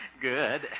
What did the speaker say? good